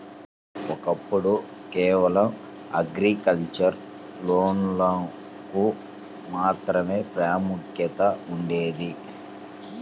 ఒకప్పుడు కేవలం అగ్రికల్చర్ లోన్లకు మాత్రమే ప్రాముఖ్యత ఉండేది